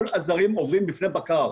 כל הזרים עוברים בפני בקר